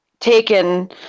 Taken